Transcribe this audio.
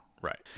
Right